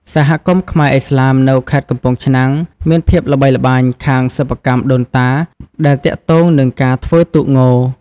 សហគមន៍ខ្មែរឥស្លាមនៅខេត្តកំពង់ឆ្នាំង មានភាពល្បីល្បាញខាងសិប្បកម្មដូនតាដែលទាក់ទងនឹងការធ្វើទូកង។